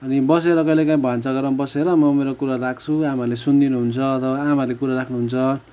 अनि बसेर कहिले कहीँ भान्सा घरमा बसेर म मेरो कुरा राख्छु आमाहरूले सुनिदिनुहुन्छ अथवा आमालेहरूले कुरा राख्नु हुन्छ